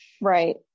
right